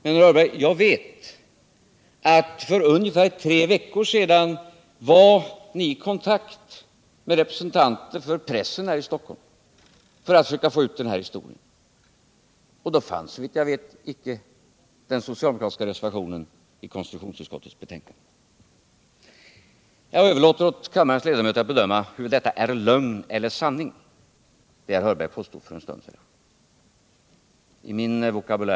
Men, herr Hörberg, jag vet att för ungefär tre veckor sedan var ni i kontakt med representanter för pressen här i Stockholm för att försöka få ut den här historien, och då fanns, såvitt jag vet, inte den socialdemokratiska reservationen i konstitutionsutskottets betänkande. Jag överlåter åt kammarens ledamöter att bedöma huruvida det som herr Hörberg påstod för en stund sedan är lögn eller sanning.